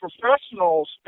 professionals